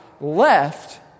left